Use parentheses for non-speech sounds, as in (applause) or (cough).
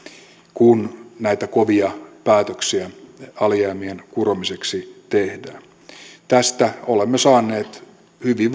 kun näitä kovia päätöksiä alijäämien kuromiseksi tehdään tästä olemme saaneet pitkään hyvin (unintelligible)